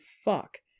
fuck